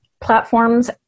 platforms